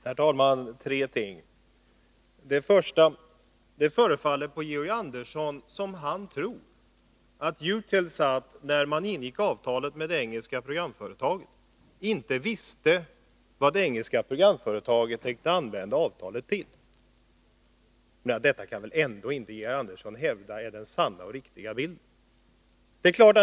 Herr talman! Det förefaller som om Georg Andersson tror att EUTEL SAT när man ingick avtalet med det engelska programföretaget inte visste vad detta tänkte använda avtalet till. Det kan väl ändå inte Georg Andersson hävda är den sanna och riktiga bilden!